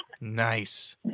Nice